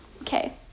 Okay